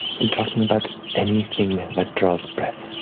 i'm talking about anything that draws breath.